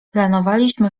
planowaliśmy